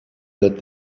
that